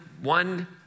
One